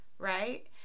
right